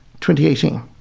2018